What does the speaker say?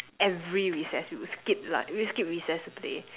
every recess we will skip lah we will skip recess to play